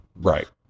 right